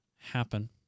happen